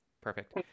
Perfect